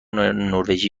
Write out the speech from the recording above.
نروژی